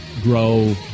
grow